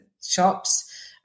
shops